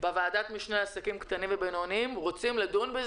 בוועדת המשנה לעסקים קטנים ובינוניים רוצים לדון על